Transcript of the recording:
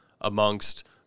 amongst